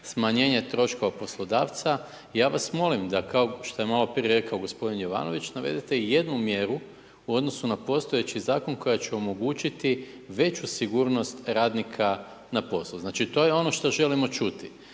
smanjenje troškova poslodavca, ja vas molim, da kao što je maloprije rekao gospodin Jovanović, navedete jednu mjeru u odnosu na postojeći zakon koja će omogućiti veću sigurnost radnika na poslu. Znači to je ono što želimo čuti.